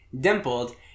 dimpled